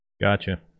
Gotcha